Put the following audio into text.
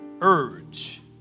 urge